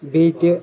بیٚیہِ تہِ